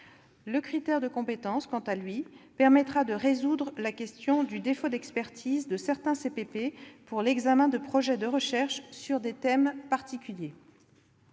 Le critère de compétence, quant à lui, permettra de résoudre la question du défaut d'expertise de certains CPP pour l'examen de projets de recherche sur des thèmes particuliers.